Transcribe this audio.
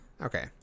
Okay